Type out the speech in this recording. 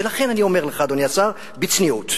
ולכן אני אומר לך, אדוני השר, בצניעות: